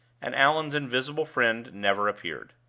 and allan's invisible friend never appeared.